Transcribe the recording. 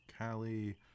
callie